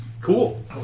cool